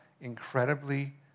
incredibly